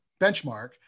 benchmark